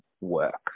work